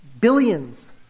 billions